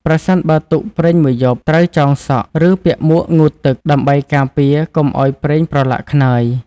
ប្រសិនបើទុកប្រេងមួយយប់ ត្រូវចងសក់ ឬពាក់មួកងូតទឹក ដើម្បីការពារកុំឲ្យប្រេងប្រឡាក់ខ្នើយ។